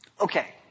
Okay